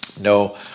No